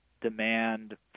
demand